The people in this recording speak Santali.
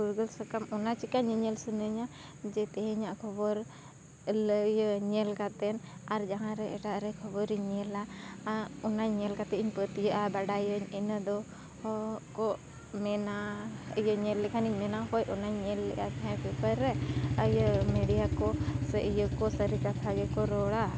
ᱯᱷᱩᱨᱜᱟᱹᱞ ᱥᱟᱠᱟᱢ ᱚᱱᱟ ᱪᱤᱠᱟᱹ ᱧᱮᱧᱮᱞ ᱥᱟᱱᱟᱧᱟ ᱡᱮ ᱛᱮᱦᱮᱧᱟᱜ ᱠᱷᱚᱵᱚᱨ ᱞᱟᱹᱭᱟᱹᱧ ᱧᱮᱞ ᱠᱟᱛᱮᱫ ᱟᱨ ᱡᱟᱦᱟᱸ ᱨᱮ ᱮᱴᱟᱜ ᱨᱮ ᱠᱷᱚᱵᱚᱨᱤᱧ ᱧᱮᱞᱟ ᱚᱱᱟ ᱧᱮᱞ ᱠᱟᱛᱮᱫ ᱤᱧ ᱯᱟᱹᱛᱭᱟᱹᱜᱼᱟ ᱵᱟᱰᱟᱭᱟᱹᱧ ᱤᱱᱟᱹ ᱫᱚ ᱦᱚ ᱠᱚ ᱢᱮᱱᱟ ᱤᱭᱟᱹ ᱧᱮᱞ ᱞᱮᱠᱷᱟᱱᱤᱧ ᱢᱮᱱᱟ ᱦᱳᱭ ᱚᱱᱟᱧ ᱧᱮᱞ ᱞᱮᱫᱼᱟ ᱛᱟᱦᱮᱫ ᱯᱮᱯᱟᱨ ᱨᱮ ᱟᱨ ᱤᱭᱟᱹ ᱢᱤᱰᱤᱭᱟᱠᱚ ᱥᱮ ᱤᱭᱟᱹ ᱠᱚ ᱥᱟᱨᱤ ᱠᱟᱛᱷᱟ ᱜᱮᱠᱚ ᱨᱚᱲᱟ